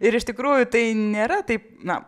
ir iš tikrųjų tai nėra taip na